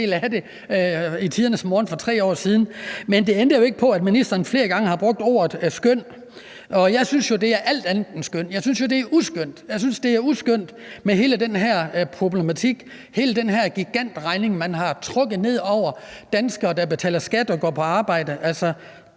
det ændrer jo ikke på, at ministeren flere gange har brugt ordet skøn, og jeg synes jo, det er alt andet end skønt. Jeg synes jo, det er uskønt. Jeg synes, det er uskønt med hele den her problematik, med hele den her gigantregning, man har trukket ned over hovederne på danskere, der betaler skat og går på arbejde.